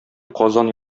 казан